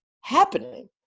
happening